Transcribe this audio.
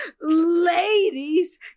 ladies